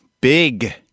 big